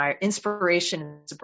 inspiration